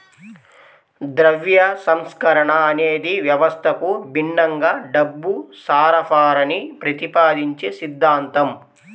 ద్రవ్య సంస్కరణ అనేది వ్యవస్థకు భిన్నంగా డబ్బు సరఫరాని ప్రతిపాదించే సిద్ధాంతం